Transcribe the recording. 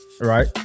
Right